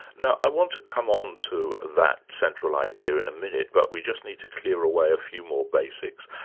now i want to come on to that central idea in a minute, but we just need to clear away a few more basics.